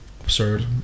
absurd